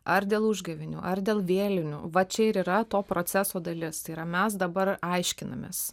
ar dėl užgavėnių ar dėl vėlinių va čia ir yra to proceso dalis tai yra mes dabar aiškinamės